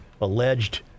alleged